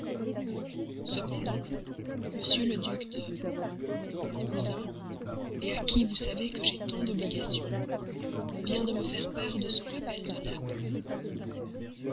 cependant m le duc de mon cousin à qui vous savez combien j'ai d'obligation vient de me faire part de son rappel de naples